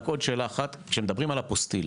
כשמדברים על אפוסטיל,